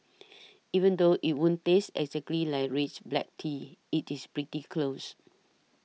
even though it won't taste exactly like rich black tea it is pretty close